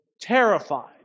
terrified